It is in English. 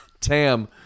Tam